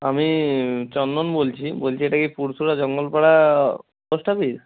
আমি চন্দন বলছি বলছি এটা কি পুরশুড়া জঙ্গলপাড়া পোস্ট অফিস